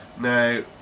Now